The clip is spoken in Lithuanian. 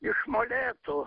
iš molėtų